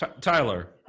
Tyler